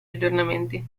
aggiornamenti